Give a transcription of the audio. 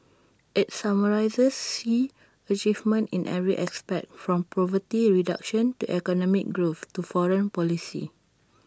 IT summarises Xi's achievements in every aspect from poverty reduction to economic growth to foreign policy